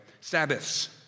Sabbaths